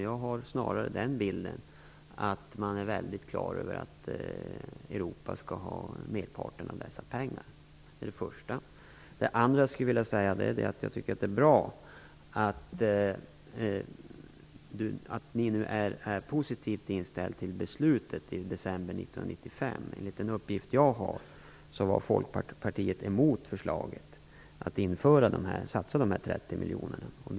Jag har snarare den bilden att man är väldigt klar över att merparten av dessa pengar skall användas i Europa. Sedan vill jag säga att jag tycker att det är bra att ni nu är positivt inställda till beslutet i december 1995. Enligt den uppgift som jag har var Folkpartiet emot förslaget att dessa 30 miljoner kronorna skulle satsas.